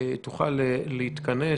תוכל להתכנס